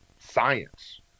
science